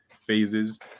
phases